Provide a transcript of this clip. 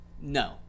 No